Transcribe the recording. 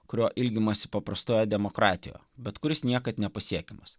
kurio ilgimasi paprastoje demokratijoje bet kuris niekad nepasiekiamas